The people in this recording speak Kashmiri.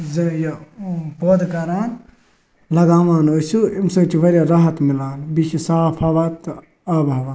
زِ یہِ پٲدٕ کَران لَگاوان ٲسِو اَمہِ سۭتۍ چھِ واریاہ راحت مِلان بیٚیہِ چھِ صاف ہَوا تہٕ آب ہَوا